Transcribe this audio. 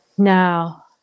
Now